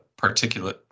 particulate